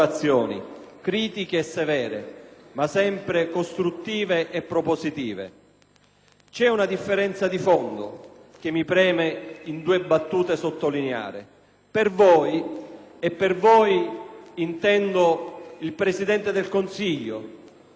ma sempre costruttive e propositive. C'è una differenza di fondo che mi preme sottolineare in due battute. Per voi - e per voi intendo il Presidente del Consiglio, con pervicace ostinazione,